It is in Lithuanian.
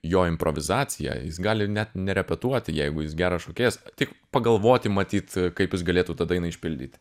jo improvizacija jis gali net nerepetuoti jeigu jis geras šokėjas tik pagalvoti matyt kaip jis galėtų tą dainą išpildyti